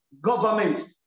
government